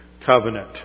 covenant